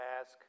ask